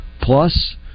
plus